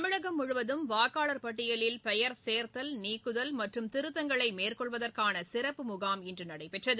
தமிழகம் முழுவதும் வாக்காளர் பட்டியலில் பெயர் சேர்த்தல் நீக்குதல் மற்றும் திருத்தங்களை மேற்கொள்வதற்கான சிறப்பு முகாம் இன்று நடைபெற்றது